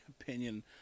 opinion